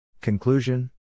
Conclusion